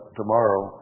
tomorrow